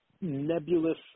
nebulous